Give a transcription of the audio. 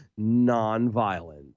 nonviolent